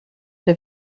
der